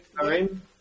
time